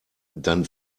dann